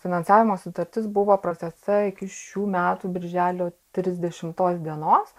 finansavimo sutartis buvo pratęsta iki šių metų birželio trisdešimtos dienos